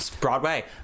Broadway